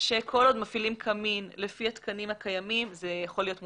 שכל עוד מפעילים קמין לפי התקנים הקיימים זה יכול להיות מותר,